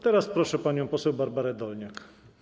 Teraz proszę panią poseł Barbarę Dolniak.